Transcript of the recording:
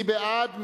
מי בעד?